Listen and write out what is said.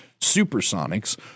supersonics